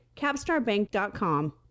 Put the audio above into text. CapstarBank.com